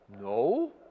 No